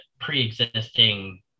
pre-existing